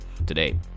Today